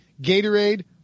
Gatorade